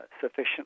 sufficient